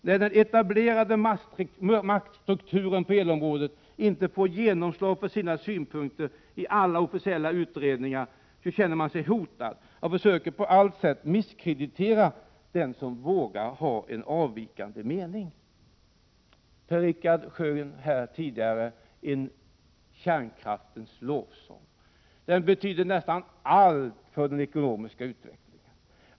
När den etablerade maktstrukturen på elområdet inte får genomslag för sina synpunkter i alla officiella utredningar, känner man sig hotad och försöker på allt sätt misskreditera den som vågar ha en avvikande mening. Per-Richard Molén sjöng här tidigare en lovsång till kärnkraften. Den betyder nästan allt för den ekonomiska utvecklingen.